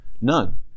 None